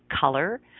color